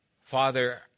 Father